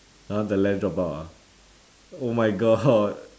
!huh! the lens drop out ah oh my god